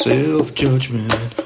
Self-judgment